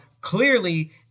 clearly